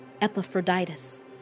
Epaphroditus